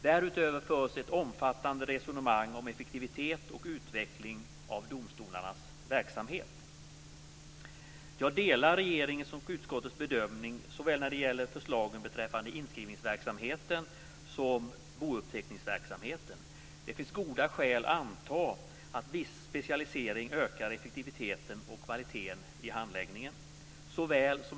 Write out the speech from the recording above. Därutöver förs ett omfattande resonemang om effektivitet och utveckling av domstolarnas verksamhet. Jag delar regeringens och utskottets bedömning när det gäller förslagen beträffande såväl inskrivningsverksamheten som bouppteckningsverksamheten. Det finns goda skäl att anta att en viss specialisering ökar effektiviteten och kvaliteten i handläggningen.